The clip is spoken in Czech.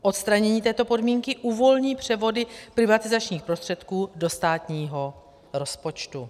Odstranění této podmínky uvolní převody privatizačních prostředků do státního rozpočtu.